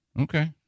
okay